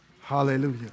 Hallelujah